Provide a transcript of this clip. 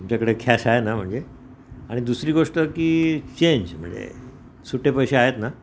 तुमच्याकडे खॅश आहे ना म्हणजे आणि दुसरी गोष्ट की चेंज म्हणजे सुट्टे पैसे आहेत ना